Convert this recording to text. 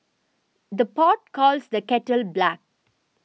the pot calls the kettle black